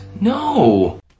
no